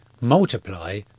multiply